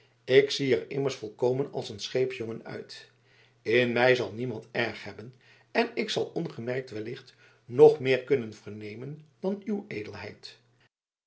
ik zie er immers volkomen als een scheepsjongen uit in mij zal niemand erg hebben en ik zal ongemerkt wellicht nog meer kunnen vernemen dan uw edelheid